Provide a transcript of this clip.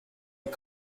est